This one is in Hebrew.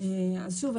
אז שוב,